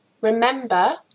remember